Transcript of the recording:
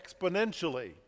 exponentially